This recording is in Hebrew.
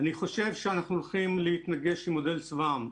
אני חושב שאנחנו הולכים להתנגש עם מודל צבא העם.